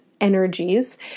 energies